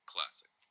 Classic